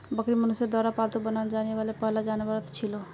बकरी मनुष्यर द्वारा पालतू बनाल जाने वाला पहला जानवरतत छिलो